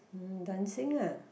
mm dancing ah